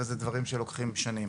ואלה דברים שלוקחים שנים.